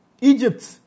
Egypt